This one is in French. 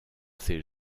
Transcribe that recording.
ses